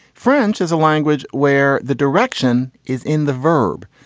french is a language where the direction is in the verb.